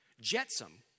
Jetsam